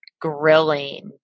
grilling